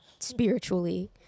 spiritually